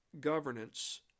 governance